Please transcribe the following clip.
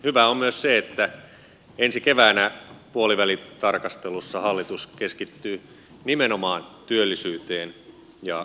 hyvää on myös se että ensi keväänä puolivälitarkastelussa hallitus keskittyy nimenomaan työllisyyteen ja kasvuun